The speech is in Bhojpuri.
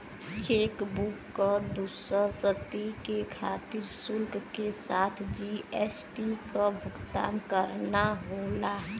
चेकबुक क दूसर प्रति के खातिर शुल्क के साथ जी.एस.टी क भुगतान करना होला